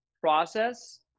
process